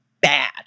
bad